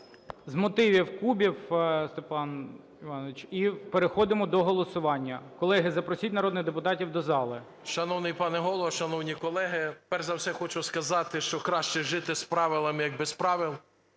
З мотивів - Кубів Степан Іванович. І переходимо до голосування. Колеги, запросіть народних депутатів до зали. 13:11:38 КУБІВ С.І. Шановний пане Голово, шановні колеги, перш за все я хочу сказати, що краще жити з правилами, як без правил.